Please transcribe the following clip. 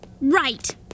Right